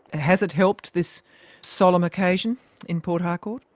has it helped, this solemn occasion in port harcourt?